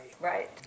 Right